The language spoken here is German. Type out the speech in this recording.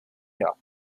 jahr